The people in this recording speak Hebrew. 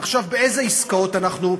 עכשיו, באילו עסקאות אנחנו,